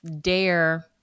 Dare